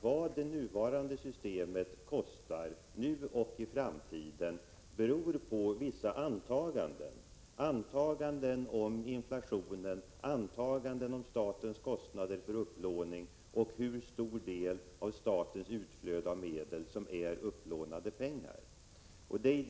Vad det nuvarande systemet kostar — nu och i framtiden — beror på vissa antaganden, t.ex. om inflationen, om statens kostnader för upplåning och om hur stor del av statens utflöde av medel som är upplånade pengar.